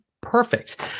perfect